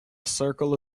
circle